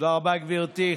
תודה רבה, גברתי.